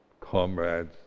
comrades